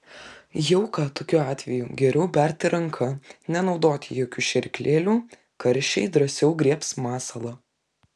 jauką tokiu atveju geriau berti ranka nenaudoti jokių šėryklėlių karšiai drąsiau griebs masalą